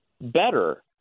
better